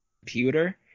computer